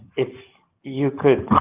if you could